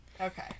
Okay